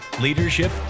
leadership